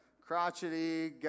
crotchety